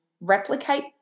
replicate